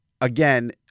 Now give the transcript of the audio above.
again